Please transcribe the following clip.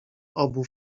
obu